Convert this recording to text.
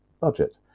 budget